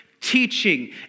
teaching